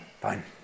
fine